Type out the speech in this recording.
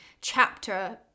chapter